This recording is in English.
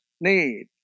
need